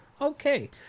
Okay